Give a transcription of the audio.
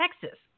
texas